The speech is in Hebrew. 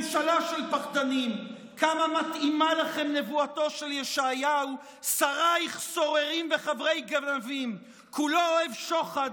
שמקדמת חקיקה